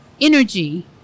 energy